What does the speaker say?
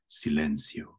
Silencio